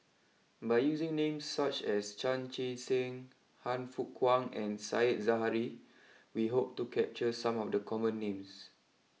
by using names such as Chan Chee Seng Han Fook Kwang and Sai Zahari we hope to capture some of the common names